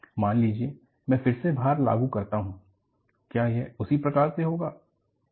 मान लीजिए मैं फिर से भार लागू करता हूँ क्या यह उसी प्रकार से होगा